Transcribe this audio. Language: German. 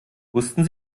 wussten